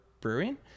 brewing